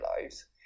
lives